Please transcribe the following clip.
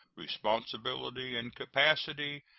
responsibility, and capacity,